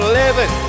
living